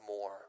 more